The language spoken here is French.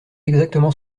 exactement